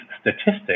statistics